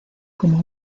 como